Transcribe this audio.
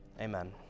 Amen